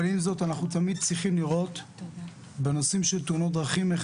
אבל עם זאת אנחנו תמיד צריכים לראות בנושאים של תאונות דרכים איך